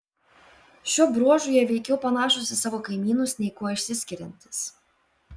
šiuo bruožu jie veikiau panašūs į savo kaimynus nei kuo išsiskiriantys